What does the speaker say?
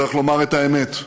צריך לומר את האמת: